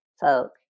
folk